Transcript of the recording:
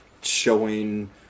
showing